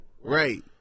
Right